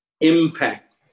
impact